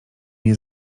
nie